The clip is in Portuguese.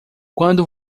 quando